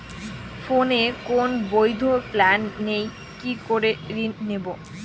ফোনে কোন বৈধ প্ল্যান নেই কি করে ঋণ নেব?